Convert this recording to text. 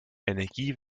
energie